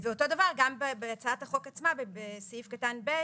ואותו דבר גם בהצעת החוק עצמה בסעיף קטן (ב)